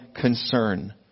concern